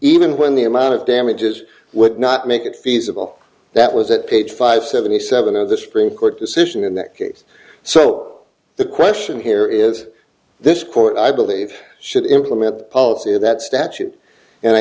even when the amount of damages would not make it feasible that was at page five seventy seven of the supreme court decision in that case so the question here is this court i believe should implement the policy that statute and i